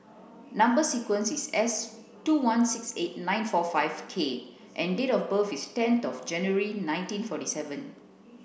number sequence is S two one six eight nine four five K and date of birth is ten of January nineteen forty seven